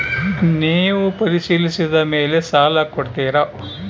ನೇವು ಪರಿಶೇಲಿಸಿದ ಮೇಲೆ ಸಾಲ ಕೊಡ್ತೇರಾ?